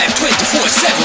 24-7